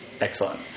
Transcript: excellent